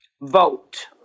vote